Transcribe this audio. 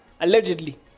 Allegedly